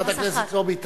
חברת הכנסת זועבי,